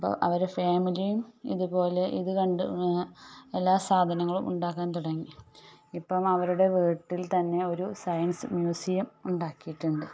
അപ്പം അവരെ ഫാമിലിയും ഇതുപോലെ ഇത് കണ്ട് എല്ലാ സാധനങ്ങളും ഉണ്ടാക്കാൻ തുടങ്ങി ഇപ്പം അവരുടെ വീട്ടിൽ തന്നെ ഒരു സയൻസ് മ്യൂസിയം ഉണ്ടാക്കിയിട്ടുണ്ട്